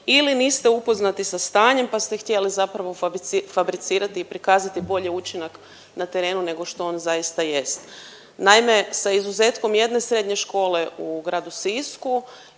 ili niste upoznati sa stanjem pa ste htjeli zapravo fabricirati i prikazati bolji učinak na terenu nego što on zaista jest. Naime, sa izuzetkom jedne srednje škole u gradu Sisku